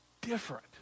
different